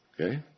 Okay